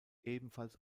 ebenfalls